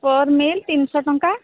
per meal ତିନିଶହ ଟଙ୍କା